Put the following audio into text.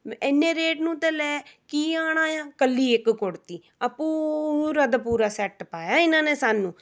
ਮ ਇੰਨੇ ਰੇਟ ਨੂੰ ਤਾਂ ਲੈ ਕੀ ਆਉਣਾ ਹਾਂ ਇਕੱਲੀ ਇੱਕ ਕੁੜਤੀ ਇਹ ਪੂਰਾ ਦਾ ਪੂਰਾ ਸੈੱਟ ਪਾਇਆ ਹੈ ਇਹਨਾਂ ਨੇ ਸਾਨੂੰ